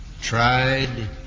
tried